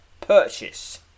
purchase